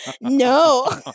No